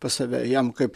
pas save jam kaip